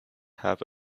have